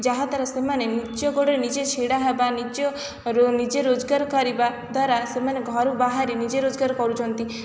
ଯାହାଦ୍ୱାରା ସେମାନେ ନିଜ ଗୋଡ଼ରେ ନିଜେ ଛିଡ଼ାହେବା ନିଜର ନିଜେ ରୋଜ୍ଗାର୍ କରିବା ଦ୍ୱାରା ସେମାନେ ଘରୁ ବାହାରି ନିଜେ ରୋଜଗାର୍ କରୁଛନ୍ତି